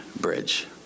bridge